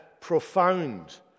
profound